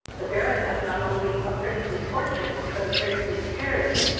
the baron has not only a princely fortune, but a princely spirit,